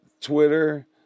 Twitter